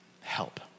Help